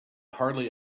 hardly